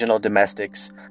domestics